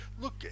look